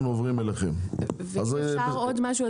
אם אפשר עוד משהו,